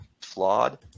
flawed